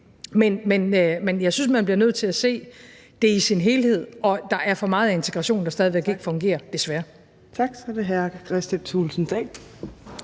men jeg synes, man bliver nødt til at se det i sin helhed, og der er for meget integration, der stadig væk ikke fungerer, desværre. Kl. 14:30 Fjerde